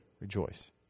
rejoice